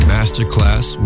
Masterclass